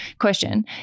question